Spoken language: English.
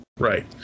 right